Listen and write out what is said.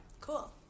Cool